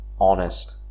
honest